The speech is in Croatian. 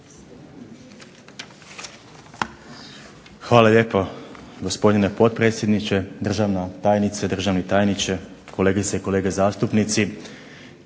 Hvala lijep gospodine potpredsjedniče. Državna tajnice, državni tajniče, kolegice i kolege zastupnici.